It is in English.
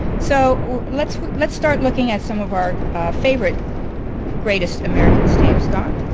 so let's let's start looking at some of our favorite greatest american stamps, don.